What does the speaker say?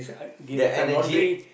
the energy